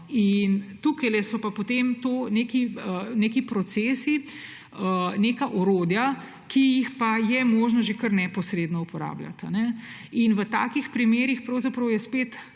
Tukajle so potem to neki procesi, neka orodja, ki pa jih je možno že kar neposredno uporabljati. V takih primerih je pravzaprav spet